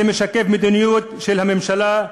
זה משקף מדיניות של הממשלה,